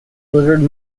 delivered